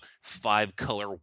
five-color